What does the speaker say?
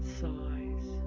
size